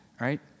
right